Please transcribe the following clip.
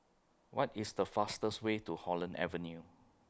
What IS The fastest Way to Holland Avenue